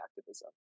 activism